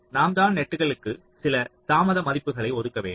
நாம் தான் நெட்களுக்கு சில தாமத மதிப்புகளை ஒதுக்க வேண்டும்